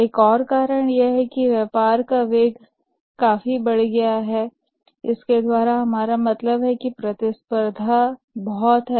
एक और कारण यह है कि व्यापार का वेग भी काफी बढ़ गया है इसके द्वारा हमारा मतलब है कि प्रतिस्पर्धा बहुत है